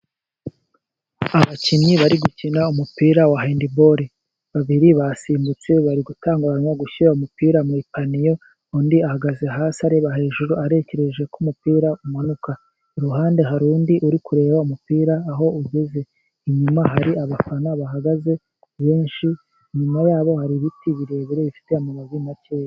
Abakinnyi bari gukina umupira wa handibolo, babiri basimbutse bari gutanguranwa gushyira umupira mu ipaniyo, undi ahagaze hasi areba hejuru arekereje ko umupira umanuka, iruhande hari undi uri kureba umupira aho ugeze, inyuma hari abafana bahagaze benshi, inyuma yabo hari ibiti birebire bifite amababi makeya.